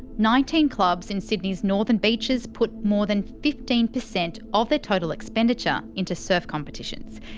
nineteen clubs in sydney's northern beaches put more than fifteen per cent of their total expenditure into surf competitions.